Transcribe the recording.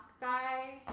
guy